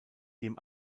dem